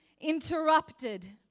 interrupted